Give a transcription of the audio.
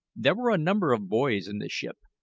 there were a number of boys in the ship,